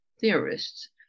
theorists